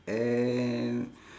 and